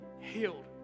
healed